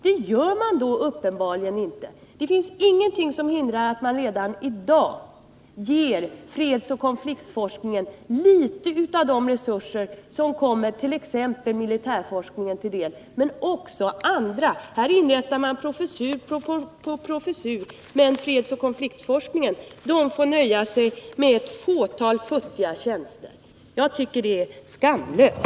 Det gör man uppenbarligen inte. Ingenting hindrar att man redan i dag ger fredsoch konfliktforskningen något av de resurser som kommer t.ex. militärforskningen men också andra ändamål till del. Här inrättar man professur efter professur, men fredsoch konfliktforskningen får nöja sig med ett fåtal futtiga tjänster. Jag tycker att det är skamlöst.